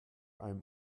einem